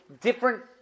different